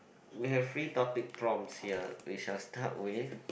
we have free topic prompts here we shall start with